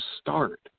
start